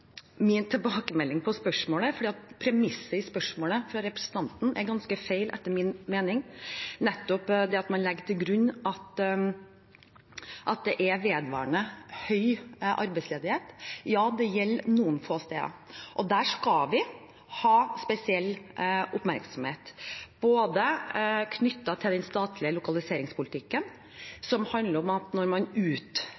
min tilbakemelding på spørsmålet, for premisset i spørsmålet fra representanten – at det er vedvarende høy arbeidsledighet – er ganske feil, etter min mening. Ja, det gjelder noen få steder, og der skal vi ha spesiell oppmerksomhet, bl.a. i forbindelse med den statlige